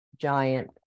giant